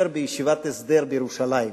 לדבר בישיבת הסדר בירושלים,